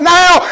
now